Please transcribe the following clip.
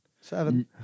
Seven